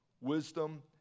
wisdom